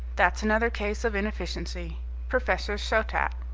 that's another case of inefficiency professor shottat,